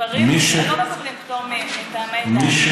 גברים לא מקבלים פטור מטעמי דת.